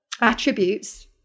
attributes